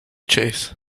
chase